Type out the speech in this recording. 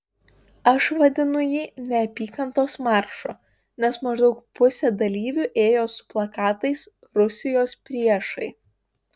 aš vadinu jį neapykantos maršu nes maždaug pusė dalyvių ėjo su plakatais rusijos priešai